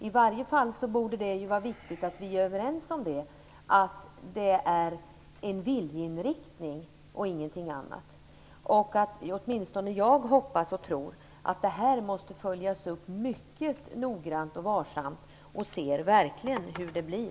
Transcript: I varje fall borde det vara viktigt att vi är överens om att det är fråga om en viljeinriktning - ingenting annat. Åtminstone jag hoppas, och tror, att detta följs upp mycket noga och varsamt. Det gäller att verkligen se hur det blir.